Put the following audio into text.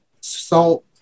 salt